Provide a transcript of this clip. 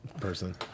person